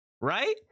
right